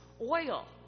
oil